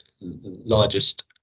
largest